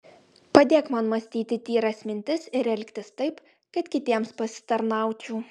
padėk man mąstyti tyras mintis ir elgtis taip kad kitiems pasitarnaučiau